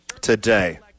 today